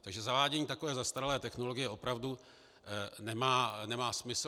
Takže zavádění takové zastaralé technologie opravdu nemá smysl.